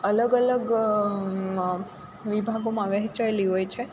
અલગ અલગ વિભાગોમાં વહેંચાયેલી હોય છે